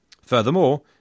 Furthermore